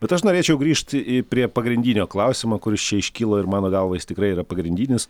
bet aš norėčiau grįžti į prie pagrindinio klausimo kuris čia iškilo ir mano galva jis tikrai yra pagrindinis